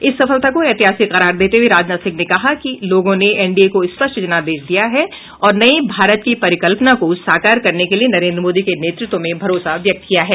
इस सफलता को ऐतिहासिक करार देते हुए राजनाथ सिंह ने कहा कि लोगों ने एनडीए को स्पष्ट जनादेश दिया है और नये भारत की परिकल्पना को साकार करने के लिए नरेन्द्र मोदी के नेतृत्व में भरोसा व्यक्त किया है